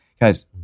guys